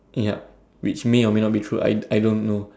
yup which may or may not be true I don't know